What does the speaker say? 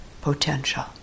potential